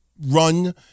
run